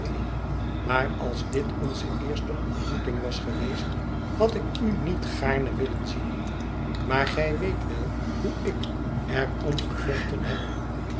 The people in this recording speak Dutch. maar als dit onze eerste ontmoeting was geweest had ik u niet gaarne willen zien maar gij weet wel hoe ik er om gevochten heb